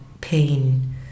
pain